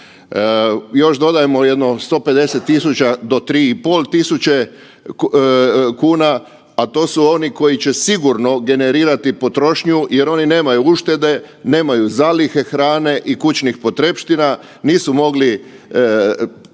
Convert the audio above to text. Još dodajmo jedno 150.000 do 3.500 kuna, a to su oni koji će sigurno generirati potrošnju jer oni nemaju uštede, nemaju zalihe hrane i kućnih potrepština, nisu mogli,